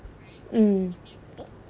mm